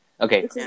Okay